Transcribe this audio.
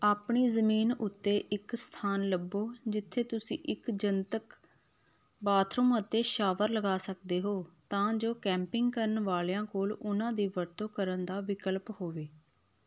ਆਪਣੀ ਜ਼ਮੀਨ ਉੱਤੇ ਇੱਕ ਸਥਾਨ ਲੱਭੋ ਜਿੱਥੇ ਤੁਸੀਂ ਇੱਕ ਜਨਤਕ ਬਾਥਰੂਮ ਅਤੇ ਸ਼ਾਵਰ ਲਗਾ ਸਕਦੇ ਹੋ ਤਾਂ ਜੋ ਕੈਂਪਿੰਗ ਕਰਨ ਵਾਲਿਆਂ ਕੋਲ ਉਨ੍ਹਾਂ ਦੀ ਵਰਤੋਂ ਕਰਨ ਦਾ ਵਿਕਲਪ ਹੋਵੇ